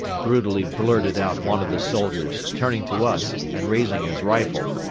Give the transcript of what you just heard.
brutally blurted out one of the soldiers, turning to us and raising his rifle.